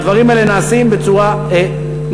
והדברים האלה נעשים בצורה נפלאה.